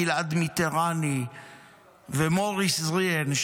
גלעד מטרני ומוריס זריהן,